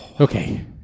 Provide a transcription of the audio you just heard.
Okay